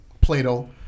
Plato